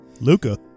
Luca